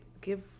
give